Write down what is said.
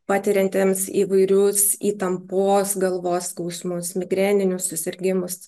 patiriantiems įvairius įtampos galvos skausmus migreninius susirgimus